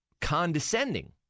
condescending